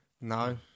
No